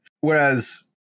Whereas